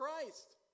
Christ